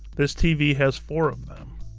this tv has four of them.